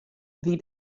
wie